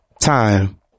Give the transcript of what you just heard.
time